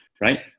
right